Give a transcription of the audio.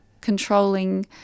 controlling